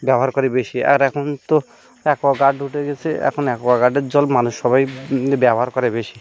ব্যবহার করি বেশি আর এখন তো অ্যাকোয়াগার্ড উঠে গিয়েছে এখন অ্যাকোয়াগার্ডের জল মানুষ সবাই ব্যবহার করে বেশি